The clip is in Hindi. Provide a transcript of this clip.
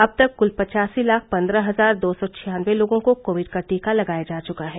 अब तक कूल पचासी लाख पंद्रह हजार दो सौ छियानबे लोगों को कोविड का टीका लगाया जा चुका है